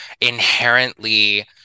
inherently